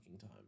time